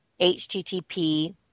HTTP